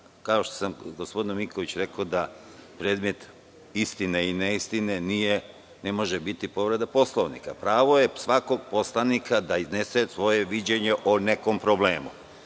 kao što sam gospodinu Mikoviću rekao da predmet istine i neistine ne može biti povreda Poslovnika. Pravo svakog poslanika je da iznese svoje viđenje o nekom problemu.